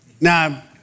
Now